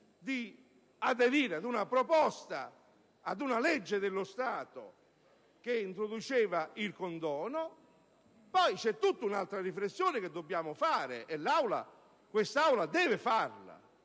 di aderire ad una legge dello Stato che introduceva il condono. Poi c'è tutta un'altra riflessione che dobbiamo fare e che deve fare